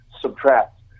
subtract